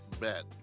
Bet